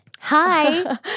Hi